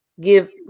give